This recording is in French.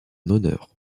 honneur